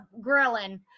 grilling